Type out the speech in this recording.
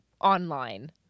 online